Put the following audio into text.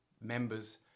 Members